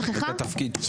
שכחה,